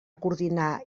coordinar